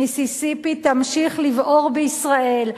מיסיסיפי תמשיך לבעור בישראל.